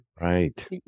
Right